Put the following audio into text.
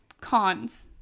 cons